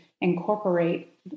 incorporate